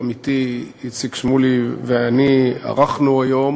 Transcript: עמיתי איציק שמולי ואני ערכנו היום